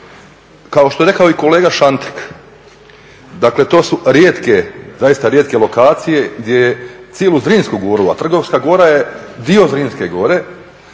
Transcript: Kao što je rekao i kolega Šantek, dakle to su rijetke, zaista rijetke lokacije gdje cijelu Zrinsku goru, a Trgovska gora je dio Zrinske gore